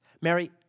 Mary